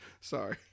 Sorry